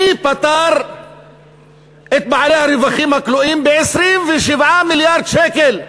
מי פטר את בעלי הרווחים הכלואים ב-27 מיליארד שקל,